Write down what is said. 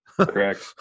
Correct